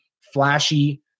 flashy